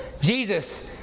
Jesus